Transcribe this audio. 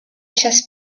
chess